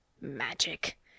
Magic